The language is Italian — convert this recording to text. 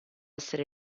essere